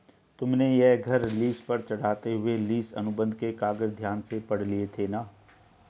तुमने यह घर लीस पर चढ़ाते हुए लीस अनुबंध के कागज ध्यान से पढ़ लिए थे ना?